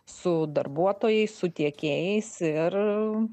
su darbuotojais su tiekėjais ir